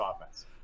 offense